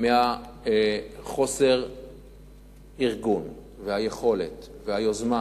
מחוסר הארגון והיכולת והיוזמה,